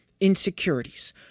insecurities